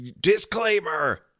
disclaimer